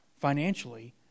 financially